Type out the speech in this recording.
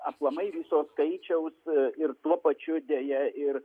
aplamai viso skaičiaus ir tuo pačiu deja ir